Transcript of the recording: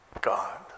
God